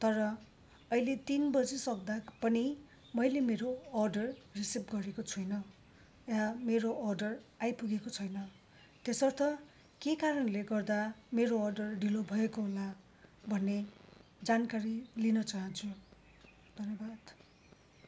तर अहिले तिन बजिसक्दा पनि मैले मेरो अर्डर रिसिभ गरेको छुइनँ या मेरो अर्डर आइपुगेको छैन त्यसर्थ के कारणले गर्दा मेरो अर्डर ढिलो भएको होला भन्ने जानकारी लिन चाहान्छु धन्यवाद